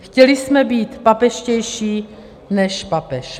Chtěli jsme být papežštější než papež.